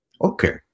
Okay